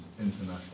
International